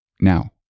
now